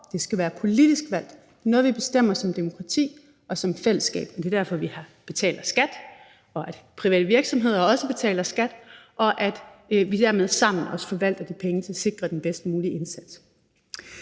Det skal være politisk valgt – noget, vi bestemmer som demokrati og som fællesskab. Det er derfor, vi betaler skat og private virksomheder også betaler skat, og at vi dermed sammen forvalter de penge til at sikre den bedst mulige indsats.